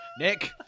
nick